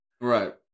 Right